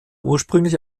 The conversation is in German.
ursprünglich